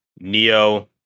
Neo